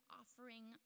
offering